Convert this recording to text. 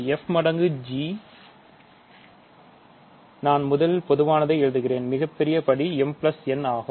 f மடங்கு g நான் முதலில் பொதுவானதை எழுதுவேன் மிகப் பெரிய படி mn ஆகும்